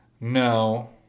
No